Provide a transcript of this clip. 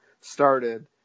started